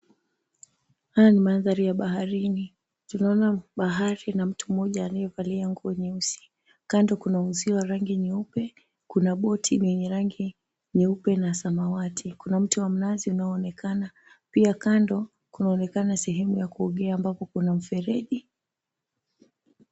Haya ni mandhari ya baharini, tunaona bahari na mtu mmoja aliyevalia nguo nyeusi. Kando kuna uzio wa rangi nyeupe, kuna boti lenye rangi nyeupe na samawati, kuna mti wa mnazi unao onekana pia. Kando kunaonekana sehemu ya kuogea ambapo kuna mfereji.